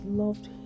loved